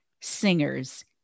singers